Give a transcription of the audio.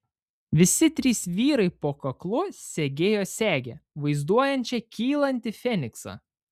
visi trys vyrai po kaklu segėjo segę vaizduojančią kylantį feniksą